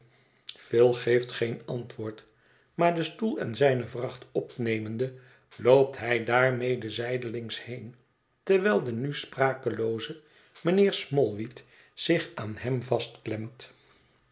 phil geeft geen antwoord maar den stoel en zijne vracht opnemende loopt hij daarmede zijdelings heen terwijl de nu sprakelooze mijnheer smallweed zich aan hem